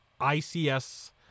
ICS